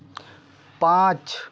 पाँच